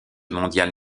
mondial